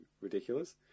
ridiculous